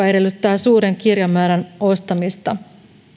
edellyttää suuren kirjamäärän ostamista